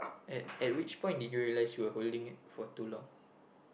at which point did you realize you are holding for too long